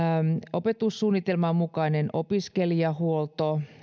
opetussuunnitelman mukainen opiskelijahuolto